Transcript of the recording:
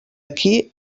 aquí